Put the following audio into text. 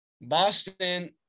Boston